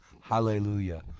hallelujah